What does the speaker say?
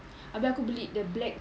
abeh aku beli the black